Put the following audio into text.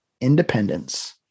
independence